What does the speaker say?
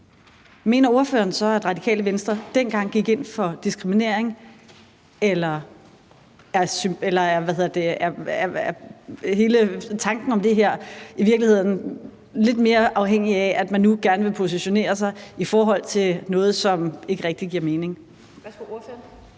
mener ordføreren så, at Radikale Venstre dengang gik ind for diskriminering? Eller er hele tanken om det her i virkeligheden lidt mere afhængig af, at man nu gerne vil positionere sig i forhold til noget, som ikke rigtig giver mening?